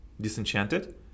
disenchanted